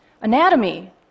Anatomy